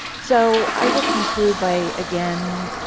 so, i will conclude by, again,